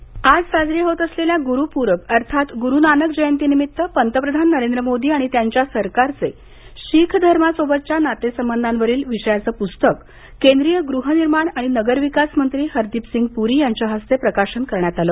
पस्तक प्रकाशन आज साजरी होत असलेली गुरूपूरब अर्थात गुरु नानक जयंतीनिमित्त पंतप्रधान नरेंद्र मोदी आणि त्यांच्या सरकारचे शीख धर्मासोबतच्या नातेसंबंध या विषयावरील पुस्तकाचं केंद्रीय गृहनिर्माण आणि नगरविकास मंत्री हरदीपसिंग पुरी यांच्या हस्ते प्रकाशन झालं